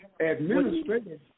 administrative